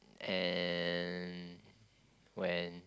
and when